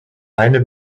eine